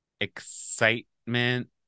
excitement